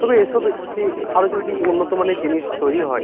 তবে এসবে আরো যদি উন্নতমানের জিনিস তৈরি হয়